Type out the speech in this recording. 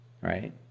Right